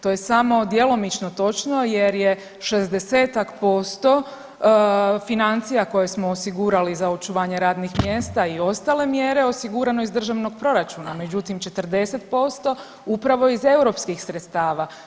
To je samo djelomično točno jer je 60-tak posto financija koje smo osigurali za očuvanje radnih mjesta i ostale mjere osigurano iz državnog proračuna, međutim 40% upravo iz europskih sredstava.